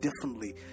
differently